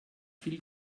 viel